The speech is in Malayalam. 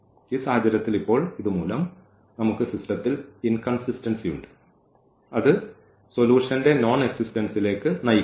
ഈ സാഹചര്യത്തിൽ ഇപ്പോൾ ഇതുമൂലം നമുക്ക് സിസ്റ്റത്തിൽ ഈ ഇൻകൺസിസ്റ്റൻസി ഉണ്ട് അത് സൊല്യൂഷൻന്റെ നോൺ എക്സിസ്റ്റൻസിയിലേക്ക് നയിക്കുന്നു